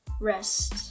rest